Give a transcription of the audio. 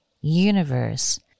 universe